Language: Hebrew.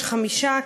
יש חמישה,